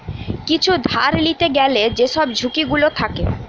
কিছু ধার লিতে গ্যালে যেসব ঝুঁকি গুলো থাকে